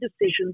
decisions